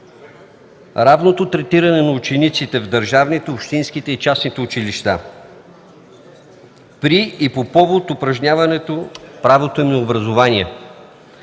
равното третиране на учениците в държавните, общинските и частните училища при и по повод упражняване на правото им на образование,